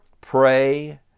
Pray